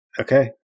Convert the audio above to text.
Okay